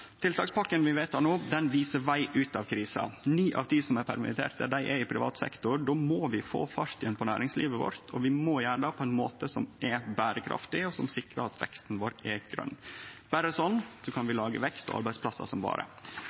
Tiltakspakken vi vedtek no, viser veg ut av krisa. Ni av ti som er permitterte, er i privat sektor. Då må vi få fart på næringslivet vårt igjen, og vi må gjere det på ein måte som er berekraftig, og som sikrar at veksten vår er grøn. Berre slik kan vi lage vekst og arbeidsplassar som